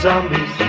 Zombies